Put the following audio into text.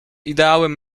ideałem